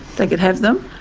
they could have them,